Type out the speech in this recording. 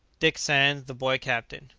dick sands the boy captain.